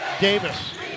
Davis